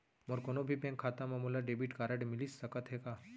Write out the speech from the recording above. मोर कोनो भी बैंक खाता मा मोला डेबिट कारड मिलिस सकत हे का?